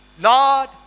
Lord